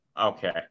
okay